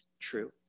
true